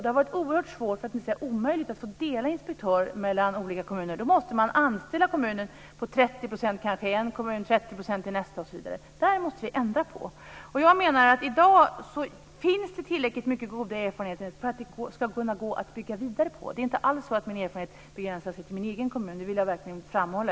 Då har det varit omöjligt att dela inspektör mellan olika kommuner. Då måste man anställa en inspektör med Det här måste vi ändra på. I dag finns det tillräckligt med goda erfarenheter som man kan bygga vidare på. Det är inte alls så att min erfarenhet begränsar sig till min hemkommun, det vill jag verkligen framhålla.